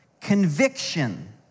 conviction